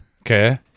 Okay